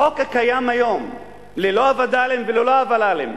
בחוק הקיים היום, ללא הווד"לים וללא הוול"לים,